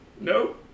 No